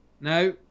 No